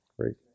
Great